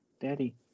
Daddy